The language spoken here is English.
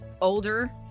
older